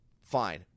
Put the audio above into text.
fine